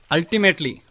Ultimately